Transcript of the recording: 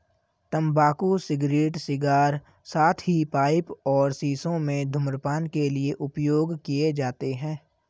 तंबाकू cigarette, cigar, साथ ही पाइप और शीशों में धूम्रपान के लिए उपयोग किए जाते हैं